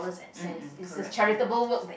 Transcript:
mm mm correct correct